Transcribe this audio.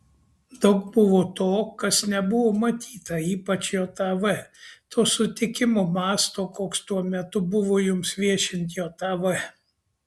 daug buvo to kas nebuvo matyta ypač jav to sutikimo masto koks tuo metu buvo jums viešint jav